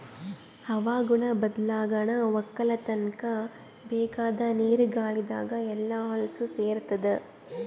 ಹವಾಗುಣ ಬದ್ಲಾಗನಾ ವಕ್ಕಲತನ್ಕ ಬೇಕಾದ್ ನೀರ ಗಾಳಿದಾಗ್ ಎಲ್ಲಾ ಹೊಲಸ್ ಸೇರತಾದ